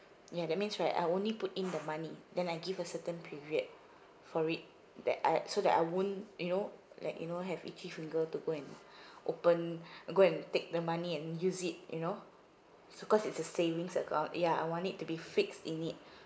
ya that means right I only put in the money then I give a certain period for it that I so that I won't you know like you know have itchy finger to go and open and go and take the money and use it you know so cause it's a savings account ya I want it to be fixed in it